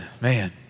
man